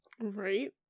Right